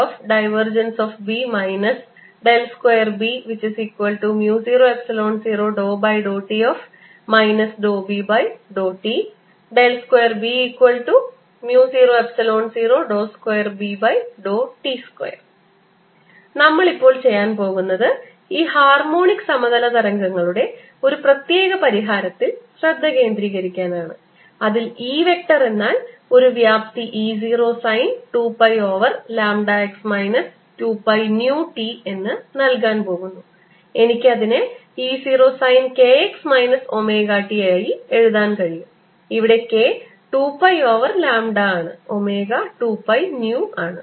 B 2B00∂t B∂t 2B002Bt2 നമ്മൾ ഇപ്പോൾ ചെയ്യാൻ പോകുന്നത് ഈ ഹാർമോണിക് സമതല തരംഗങ്ങളുടെ ഒരു പ്രത്യേക പരിഹാരത്തിൽ ശ്രദ്ധ കേന്ദ്രീകരിക്കാനാണ് അതിൽ E വെക്ടർ എന്നാൽ ഒരു വ്യാപ്തി E 0 sine 2 pi over lambda x minus 2 pi 𝜈 t എന്ന് നൽകാൻ പോകുന്നു എനിക്ക് അതിനെ E 0 sine k x minus omega t ആയി എഴുതാൻ കഴിയും ഇവിടെ k 2 പൈ ഓവർ ലാംഡ ആണ് ഒമേഗ 2 പൈ 𝜈 ആണ്